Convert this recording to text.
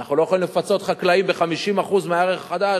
אנחנו לא יכולים לפצות חקלאים ב-50% מהערך החדש,